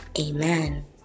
amen